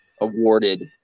awarded